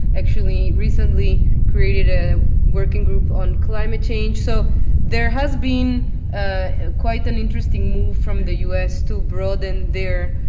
actually recently created a working group on climate change. so there has been ah quite an interesting move from the us to broaden their